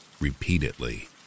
repeatedly